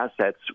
assets